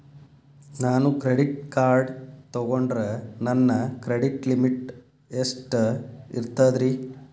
ನಾನು credit card ತೊಗೊಂಡ್ರ ನನ್ನ ಕ್ರೆಡಿಟ್ ಲಿಮಿಟ್ ಎಷ್ಟ ಇರ್ತದ್ರಿ?